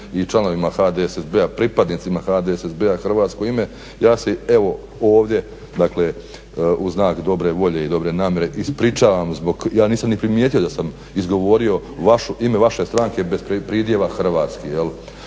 i članovima HDSSB-a, pripadnicima HDSSB-a hrvatsko ime. Ja se evo ovdje, dakle u znak dobre volje i dobre namjere ispričavam zbog. Ja nisam ni primijetio da sam izgovorio ime vaše stranke bez pridjeva hrvatski, a